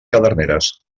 caderneres